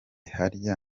harya